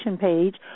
page